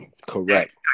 Correct